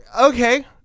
Okay